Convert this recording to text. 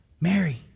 Mary